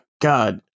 God